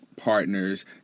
partners